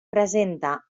presenta